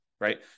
Right